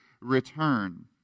return